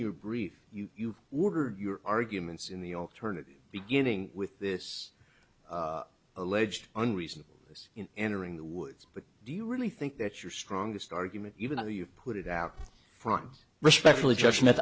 your brief you were your arguments in the alternative beginning with this alleged unreasonable this in entering the woods but do you really think that your strongest argument even though you put it out front respectfully ju